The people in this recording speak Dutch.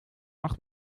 acht